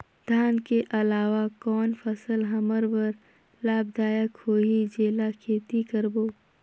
धान के अलावा कौन फसल हमर बर लाभदायक होही जेला खेती करबो?